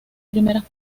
primeras